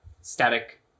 static